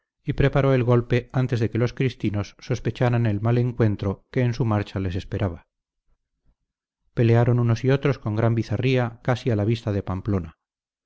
y preparó el golpe antes de que los cristinos sospecharan el mal encuentro que en su marcha les esperaba pelearon unos y otros con gran bizarría casi a la vista de pamplona